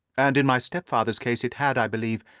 and in my stepfather's case it had, i believe,